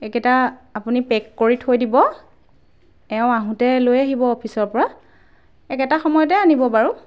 এইকেইটা আপুনি পেক কৰি থৈ দিব এওঁ আহোঁতে লৈ আহিব অফিচৰপৰা একেটা সময়তে আনিব বাৰু